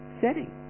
setting